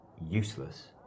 useless